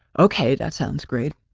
okay, that sounds great.